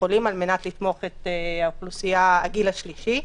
חולים על מנת לתמוך על אוכלוסיית הגיל השלישי.